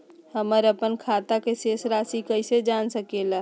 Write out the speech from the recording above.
हमर अपन खाता के शेष रासि कैसे जान सके ला?